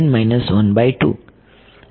વિદ્યાર્થી